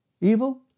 evil